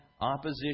opposition